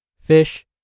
fish